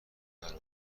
برادر